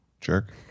Jerk